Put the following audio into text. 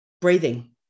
breathing